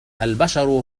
البشر